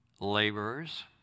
laborers